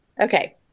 Okay